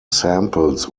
samples